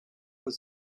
was